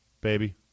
Baby